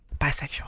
bisexual